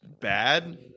bad